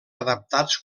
adaptats